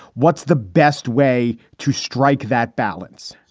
what's the best way to strike that balance?